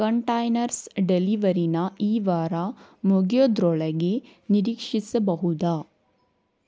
containers ಡೆಲಿವರಿಯನ್ನ ಈ ವಾರ ಮುಗ್ಯೋದ್ರೊಳಗೆ ನಿರೀಕ್ಷಿಸಬಹುದಾ